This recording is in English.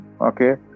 okay